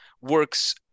works